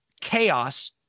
chaos